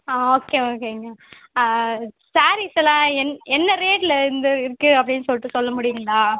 ஆ okay ஓகேங்க சாரீஸெல்லாம் என் என்ன ரேட்லிருந்து இருக்குது அப்படின்னு சொல்லிட்டு சொல்ல முடியுங்களா